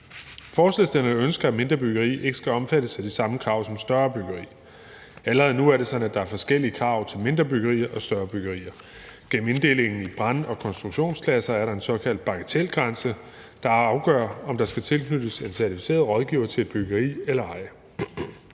Forslagsstillerne ønsker, at mindre byggeri ikke skal omfattes af de samme krav som større byggeri. Allerede nu er det sådan, at der er forskellige krav til mindre byggerier og større byggerier. Gennem inddelingen i brand- og konstruktionsklasser er det en såkaldt bagatelgrænse, der afgør, om der skal tilknyttes en certificeret rådgiver til et byggeri eller ej.